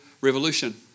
revolution